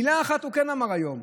מילה אחת הוא כן אמר היום: